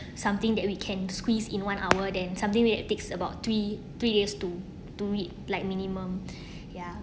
something that we can squeeze in one hour than something with that takes about three two years to to read like minimum ya